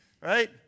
Right